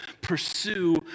pursue